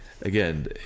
Again